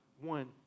one